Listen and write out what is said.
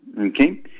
Okay